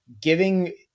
giving